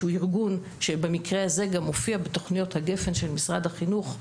ושהוא ארגון שבמקרה הזה גם מופיע בתוכניות הגפן של משרד החינוך,